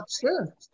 sure